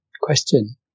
Question